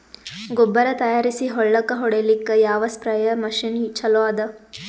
ಗೊಬ್ಬರ ತಯಾರಿಸಿ ಹೊಳ್ಳಕ ಹೊಡೇಲ್ಲಿಕ ಯಾವ ಸ್ಪ್ರಯ್ ಮಷಿನ್ ಚಲೋ ಅದ?